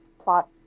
plot